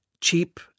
cheap